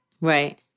Right